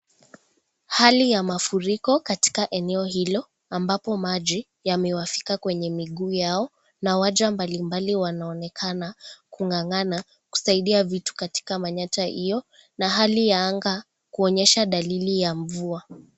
Hali ya mafuriko katika eneo hilo ambapo maji yamewafika kwenye miguu yao na waja mbalimbali wanaonekana kungangana kusaidia vitu katika manyatta iyo, na hali ya anga kuonyesha dalili ya mvua .